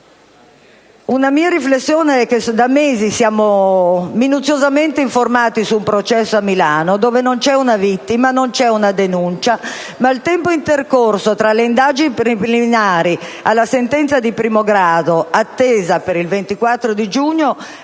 una mia riflessione; da mesi siamo minuziosamente informati su un processo a Milano, dove non c'è una vittima e non c'è una denuncia, ma il tempo intercorso tra le indagini preliminari e la sentenza di primo grado, attesa per il 24 giugno, è di